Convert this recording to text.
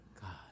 God